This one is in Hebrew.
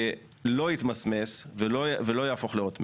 ולא יתמסמס ולא יהפוך לאות מתה.